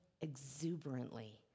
exuberantly